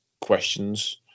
questions